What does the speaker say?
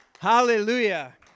Hallelujah